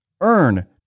Earn